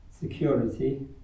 security